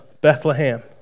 Bethlehem